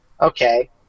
okay